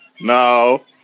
No